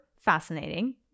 fascinating